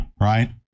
right